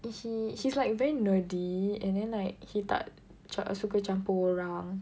like he he's like very nerdy and then like he tak tak suka campur orang